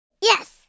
Yes